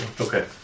Okay